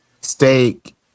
steak